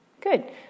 Good